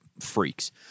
freaks